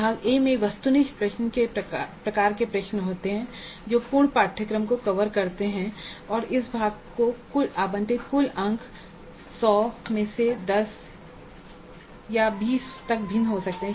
भाग ए में वस्तुनिष्ठ प्रकार के प्रश्न होते हैं जो पूर्ण पाठ्यक्रम को कवर करते हैं और इस भाग को आवंटित कुल अंक कुल 100 में से 10 से 20 तक भिन्न हो सकते हैं